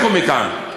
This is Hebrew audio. לכו מכאן.